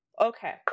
Okay